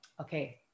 okay